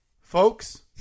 Folks